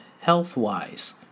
health-wise